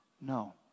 No